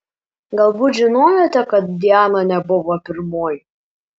galbūt žinojote kad diana nebuvo pirmoji